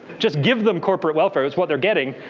just give them corporate welfare. it's what they're getting.